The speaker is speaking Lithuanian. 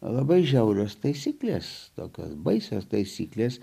labai žiaurios taisyklės tokios baisios taisyklės